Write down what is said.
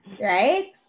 Right